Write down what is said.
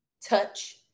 touch